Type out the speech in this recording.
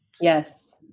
Yes